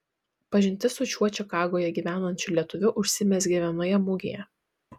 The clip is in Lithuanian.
pažintis su šiuo čikagoje gyvenančiu lietuviu užsimezgė vienoje mugėje